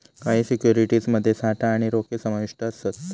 काही सिक्युरिटीज मध्ये साठा आणि रोखे समाविष्ट असत